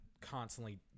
constantly